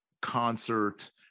concert